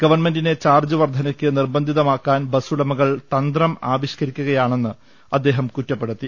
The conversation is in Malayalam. ഗവൺ മെന്റിനെ ചാർജ്ജ് വർദ്ധനയ്ക്ക് നിർബന്ധിതമാക്കാൻ ബസുടമകൾ തന്ത്രം ആവിഷ്കരിക്കുകയാണെന്ന് അദ്ദേഹം കുറ്റപ്പെടുത്തി